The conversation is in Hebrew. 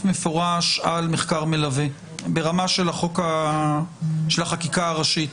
מפורש על מחקר מלווה ברמה של החקיקה הראשית.